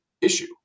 issue